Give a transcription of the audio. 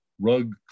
rug